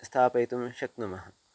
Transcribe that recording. स्थापयितुं शक्नुमः